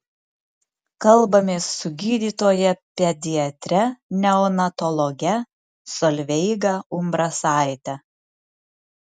kalbamės su gydytoja pediatre neonatologe solveiga umbrasaite